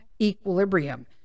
equilibrium